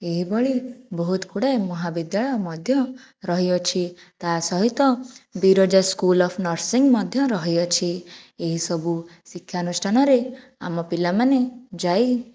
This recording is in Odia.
ଏହିଭଳି ବହୁତ ଗୁଡ଼ାଏ ମହାବିଦ୍ୟାଳୟ ମଧ୍ୟ ରହିଅଛି ତା ସହିତ ବିରଜା ସ୍କୁଲ ଅଫ୍ ନର୍ସିଂ ମଧ୍ୟ ରହିଅଛି ଏହିସବୁ ଶିକ୍ଷାନୁଷ୍ଠାନରେ ଆମ ପିଲାମାନେ ଯାଇ